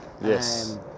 Yes